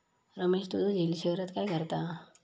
रमेश तुझो झिल शहरात काय करता?